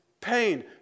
pain